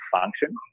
function